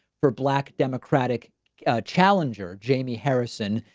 for black democratic challenger jamie harrison.